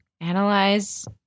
Analyze